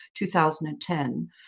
2010